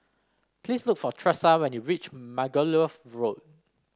please look for Tressa when you reach Margoliouth Road